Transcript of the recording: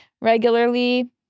regularly